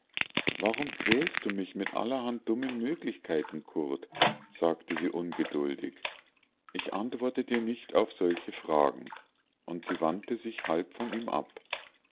warum quälst du mich mit allerhand dummen möglichkeiten curt sagte sie ungeduldig ich antworte dir nicht auf solche fragen und sie wandte sich halb von ihm ab